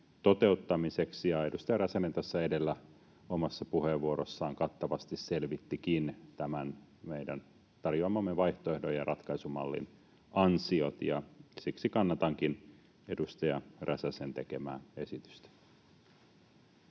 toteuttamiseksi. Edustaja Räsänen tässä edellä omassa puheenvuorossaan kattavasti selvittikin tämän meidän tarjoamamme vaihtoehdon ja ratkaisumallin ansiot. Siksi kannatankin edustaja Räsäsen tekemää esitystä.